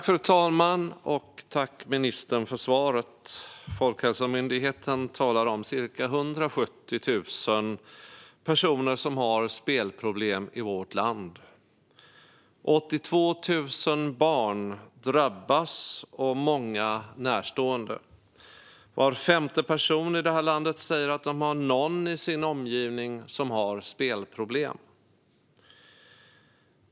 Fru talman! Tack för svaret, ministern! Folkhälsomyndigheten talar om ca 170 000 personer som har spelproblem i vårt land. 82 000 barn drabbas, och många närstående. Var femte person i det här landet säger att de har någon i sin omgivning som har spelproblem.